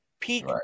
peak